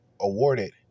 awarded